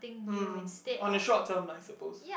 um on a short term lah I supposed